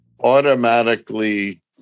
automatically